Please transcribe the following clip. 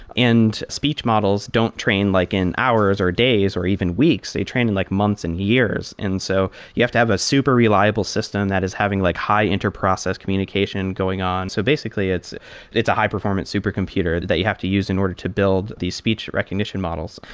and speech models don't train like in hours, or days, or even weeks. they train in like months and years. so you have to have a super reliable system that is having like high inter-process communication going on. so basically, it's it's a high-performance supercomputer that you have to use in order to build these speech recognition models.